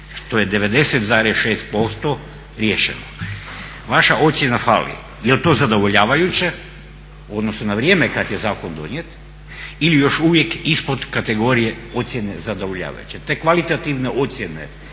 što je 90,6% riješeno. Vaša ocjena fali, je l' to zadovoljavajuće u odnosu na vrijeme kad je zakon donijet ili još uvijek ispod kategorije ocjene zadovoljavajuće. Te kvalitativne ocjene